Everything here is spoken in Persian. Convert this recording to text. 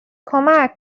کمک